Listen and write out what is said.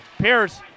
Pierce